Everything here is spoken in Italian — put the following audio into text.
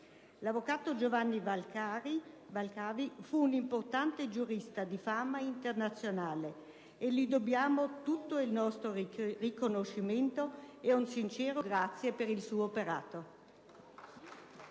L'avvocato Giovanni Valcavi fu un importante giurista di fama internazionale: a lui dobbiamo tutto il nostro riconoscimento e un sincero grazie per il suo operato.